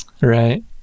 right